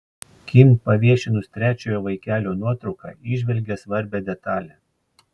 kim paviešinus trečiojo vaikelio nuotrauką įžvelgė svarbią detalę